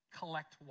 collect